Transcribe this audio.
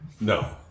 No